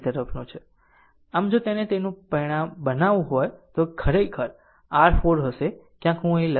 આમ જો તેને તેનું પરિણામ બનાવવું તો તે ખરેખર r 4 હશે ક્યાંક હું અહીં લખી રહ્યો છું તે 4 0